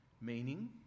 meaning